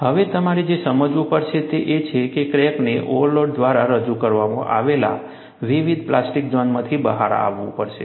હવે તમારે જે સમજવું પડશે તે એ છે કે ક્રેકને ઓવરલોડ દ્વારા રજૂ કરવામાં આવેલા વધારે પ્લાસ્ટિક ઝોનમાંથી બહાર આવવું પડશે